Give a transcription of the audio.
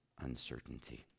uncertainty